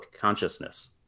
consciousness